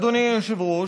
אדוני היושב-ראש,